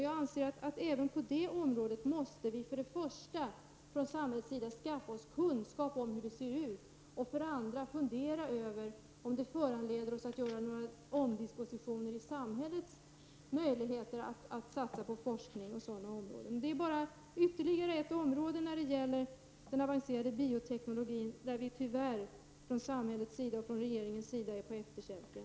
Jag anser att vi även inom det området måste för det första skaffa oss kunskaper om hur det ser ut och för det andra fundera över om detta föranleder oss att göra några omdisponeringar i samhällets möjligheter att satsa på forskning. Det är ytterligare ett område när det gäller den avancerade biotekniken där vi från samhällets sida och från regeringens sida är på efterkälken.